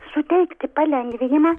suteikti palengvinimą